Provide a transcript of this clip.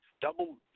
Double